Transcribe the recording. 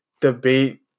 debate